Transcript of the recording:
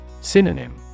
Synonym